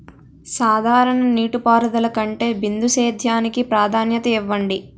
సాధారణ నీటిపారుదల కంటే బిందు సేద్యానికి ప్రాధాన్యత ఇవ్వండి